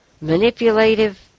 manipulative